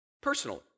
personally